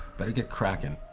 better get crackin'.